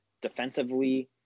Defensively